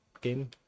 game